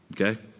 okay